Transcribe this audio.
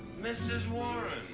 mrs. warren! oh,